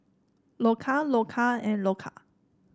Loacker Loacker and Loacker